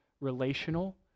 relational